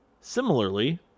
similarly